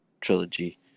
trilogy